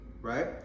Right